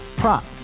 prop